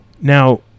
Now